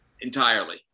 Entirely